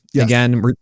Again